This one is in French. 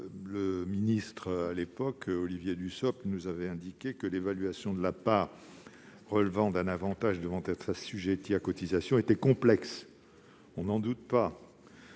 été débattu l'an dernier. M. Dussopt nous avait indiqué que l'évaluation de ce qui relevait d'un avantage devant être assujetti à cotisation était complexe. On n'en doute pas